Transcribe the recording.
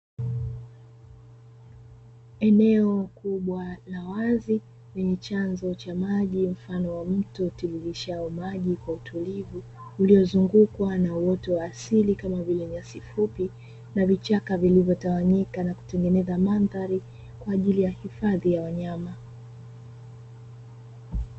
Eneo kubwa la wazi lenye chanzo cha maji mfano wa mto utiririshao maji kwa utulivu, uliyozungukwa na uoto wa asili kama vile nyasi fupi na vichaka vilivyotawanyika na kutengeneza mandhari kwa ajili ya hifadhi ya wanyama.